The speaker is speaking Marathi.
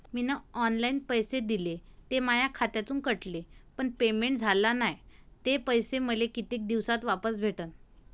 मीन ऑनलाईन पैसे दिले, ते माया खात्यातून कटले, पण पेमेंट झाल नायं, ते पैसे मले कितीक दिवसात वापस भेटन?